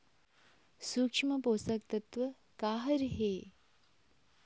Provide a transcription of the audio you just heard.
सूक्ष्म पोषक तत्व का हर हे?